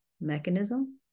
mechanism